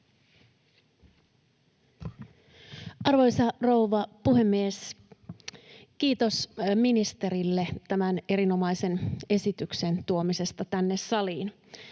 Arvoisa rouva puhemies! Kiitos ministerille tämän erinomaisen esityksen tuomisesta tänne saliin.